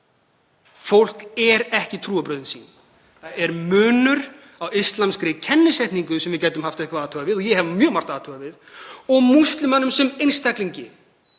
fólk er ekki trúarbrögðin sín. Það er munur á íslamskri kennisetningu, sem við gætum haft eitthvað að athuga við og ég hef mjög margt að athuga við, og múslimanum sem einstaklingi.